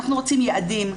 אנחנו רוצים יעדים,